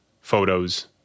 photos